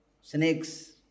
Snakes